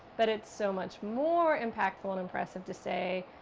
but it's so much more impactful and impressive to say,